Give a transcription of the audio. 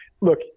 Look